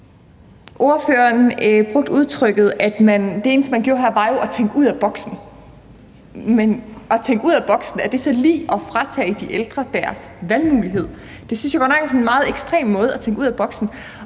Ordføreren brugte den formulering, at det eneste, man gjorde her, var at tænke ud af boksen. Men er det at tænke ud af boksen så lig med at fratage de ældre deres valgmulighed? Det synes jeg godt nok er sådan en meget ekstrem måde at tænke ud af boksen